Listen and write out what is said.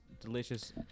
delicious